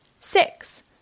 six